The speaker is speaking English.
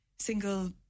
single